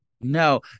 No